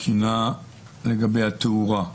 תקינה לגבי התאורה.